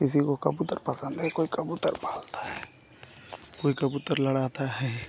किसी को कबूतर पसन्द है कोई कबूतर पालता है कोई कबूतर लड़ाता है